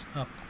up